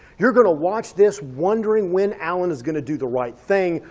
you're gonna watch this wondering when alan is going to do the right thing,